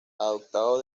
adaptado